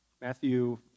Matthew